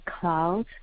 cloud